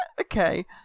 Okay